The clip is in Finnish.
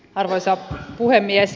arvoisa puhemies